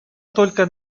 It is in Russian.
только